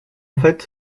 fait